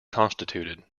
constituted